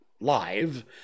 live